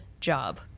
job